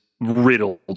riddled